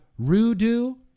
Rudu